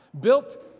Built